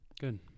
Good